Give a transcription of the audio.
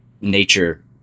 nature